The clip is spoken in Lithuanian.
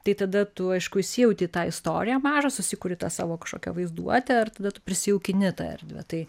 tai tada tu aišku įsijauti į tą istoriją mažą susikuri savo kažkokią vaizduotę ir tada tu prisijaukini tą erdvę tai